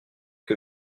que